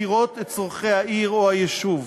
מכירות את צורכי העיר או היישוב.